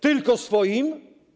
Tylko swoim?